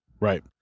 Right